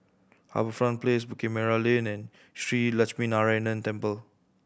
HarbourFront Place Bukit Merah Lane and Shree Lakshminarayanan Temple